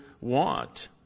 want